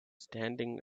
standing